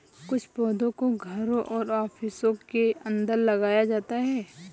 कुछ पौधों को घरों और ऑफिसों के अंदर लगाया जाता है